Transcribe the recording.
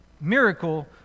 miracle